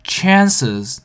Chances